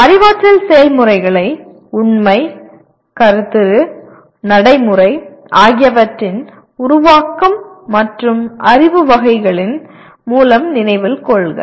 அறிவாற்றல் செயல்முறைகளை உண்மை கருத்துரு நடைமுறை ஆகியவற்றின் உருவாக்கம் மற்றும் அறிவு வகைகளின் மூலம் நினைவில் கொள்க